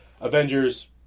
Avengers